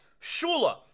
Shula